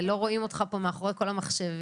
לא רואים אותך פה מאחורי כל המחשבים.